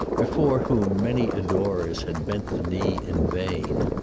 before whom many adorers had bent the knee in vain.